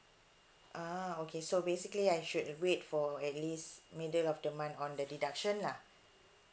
ah okay so basically I should wait for at least middle of the month on the deduction lah